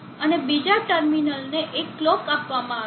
અને બીજા ટર્મિનલને એક કલોક આપવામાં આવે છે